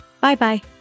Bye-bye